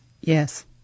Yes